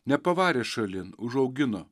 nepavarė šalin užaugino